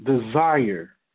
desire